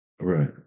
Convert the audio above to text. Right